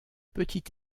petit